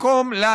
מטרתה